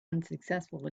unsuccessful